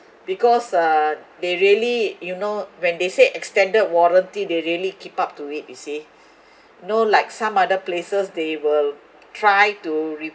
because uh they really you know when they said extended warranty they really keep up to it you see no like some other places they will try to